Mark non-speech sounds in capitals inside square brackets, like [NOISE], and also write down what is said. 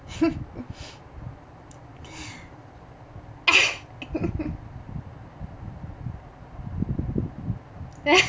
[LAUGHS] [BREATH] [LAUGHS]